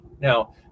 Now